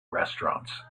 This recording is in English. restaurants